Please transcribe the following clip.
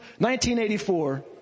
1984